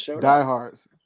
diehards